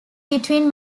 between